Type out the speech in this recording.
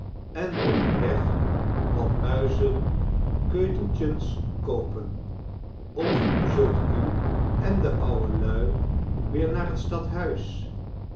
en onderweg wat muizenkeuteltjens koopen of zeult u en de ouwelu weêr naar t stadhuis